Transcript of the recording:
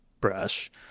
brush